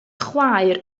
chwaer